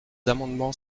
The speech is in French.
amendements